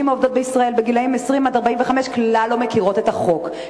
העובדות בישראל בגילים 20 45 כלל לא מכירות את החוק,